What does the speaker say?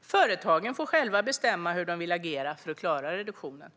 Företagen får själva bestämma hur de vill agera för att klara reduktionen.